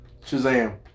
Shazam